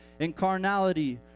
incarnality